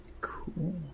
Cool